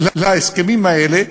להסכמים האלה,